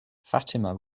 fatima